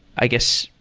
i guess,